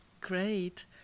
Great